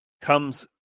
comes